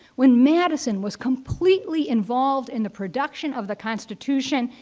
when madison was completely involved in the production of the constitution,